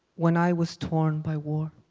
when i was torn by war,